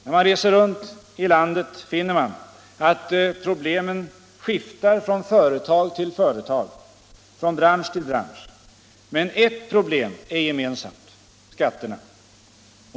När man reser runt i landet finner man att problemen skiftar från företag till företag och från bransch till bransch. Men ett problem är gemensamt: skatterna.